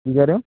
ਕੀ ਕਹਿ ਰਹੇ ਹੋ